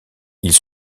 ils